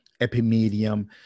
epimedium